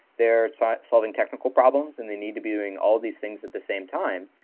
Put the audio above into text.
they're so solving technical problems and they need to be doing all these things at the same time.